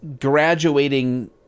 graduating